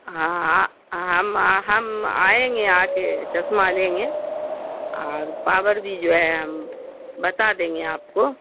ہاں ہم ہم آئیں گے آ کے چشمہ لیں گے اور پاور بھی جو ہے ہم بتا دیں گے آپ کو